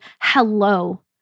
hello